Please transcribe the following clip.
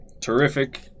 Terrific